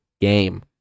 game